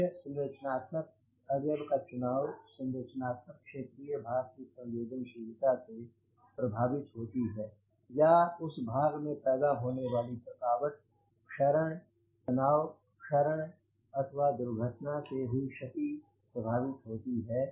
मुख्य संरचनात्मक अवयव का चुनाव संरचनात्मक क्षेत्रीय भाग की संवेदनशीलता से प्रभावित होती है या उस भाग में पैदा होने वाले थकावट क्षरण तनाव क्षरण अथवा दुर्घटना से हुई क्षति प्रभावित होती है